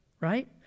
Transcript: right